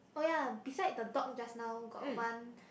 oh ya beside the dog just now got one